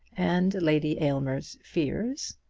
and lady aylmer's fears.